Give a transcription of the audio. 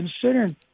considering